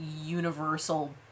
universal